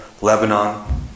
Lebanon